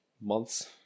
months